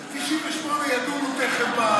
98, ידונו תכף.